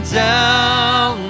down